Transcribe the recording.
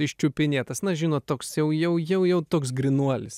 iščiupinėtas na žinot toks jau jau jau jau toks grynuolis